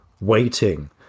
waiting